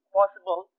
possible